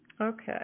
Okay